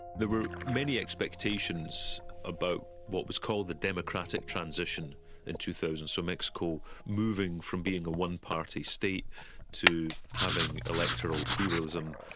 there were many expectations about what was called the democratic transition in two thousand. so mexico moving from being a one-party state to having electoral pluralism.